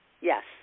Yes